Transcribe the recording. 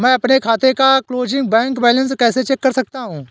मैं अपने खाते का क्लोजिंग बैंक बैलेंस कैसे चेक कर सकता हूँ?